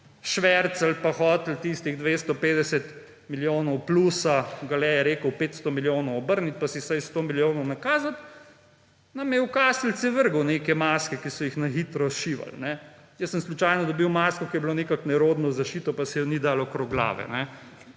švercali in hoteli tistih 250 milijonov plusa, Gale je rekel, 500 milijonov obrniti in si vsaj 100 milijonov nakazati, nam je v nabiralnike vrgel neke maske, ki so jih na hitro šivali. Jaz sem slučajno dobil masko, ki je bila nekako nerodno zašita, pa se je ni dalo dati okrog glave.